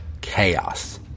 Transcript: chaos